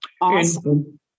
Awesome